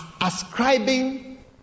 ascribing